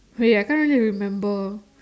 wait I can't really remember